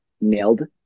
nailed